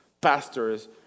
pastors